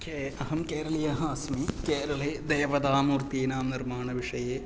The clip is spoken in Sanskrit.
के अहं केरलीयः अस्मि केरले देवतामूर्तीनां निर्माणविषये